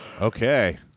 Okay